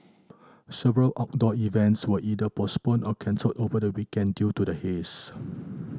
several outdoor events were either postponed or cancelled over the weekend due to the haze